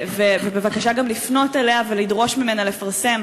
ובבקשה גם לפנות אליה ולדרוש ממנה לפרסם